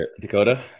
Dakota